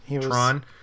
Tron